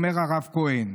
אומר הרב כהן.